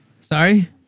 sorry